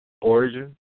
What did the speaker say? origin